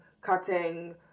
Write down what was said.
cutting